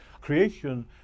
Creation